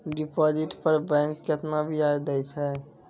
Deposit पर bank केतना ब्याज दै छै?